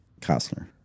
Costner